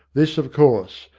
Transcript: this, of course,